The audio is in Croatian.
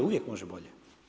Uvijek može bolje.